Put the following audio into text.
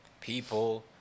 people